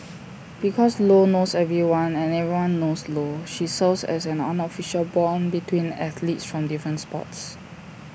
because lo knows everyone and everyone knows lo she serves as an unofficial Bond between athletes from different sports